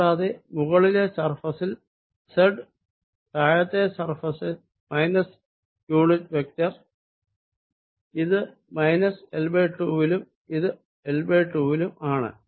കൂടാതെ മുകളിലെ സർഫേസിൽ z താഴത്തെ സർഫേസ് മൈനസ് യൂണിറ്റ് വെക്ടർ ഇത് മൈനസ് L2 വിലും ഇത് L2 വിലും ആണ്